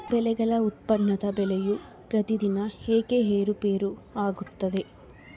ಬೆಳೆಗಳ ಉತ್ಪನ್ನದ ಬೆಲೆಯು ಪ್ರತಿದಿನ ಏಕೆ ಏರುಪೇರು ಆಗುತ್ತದೆ?